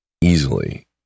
easily